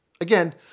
Again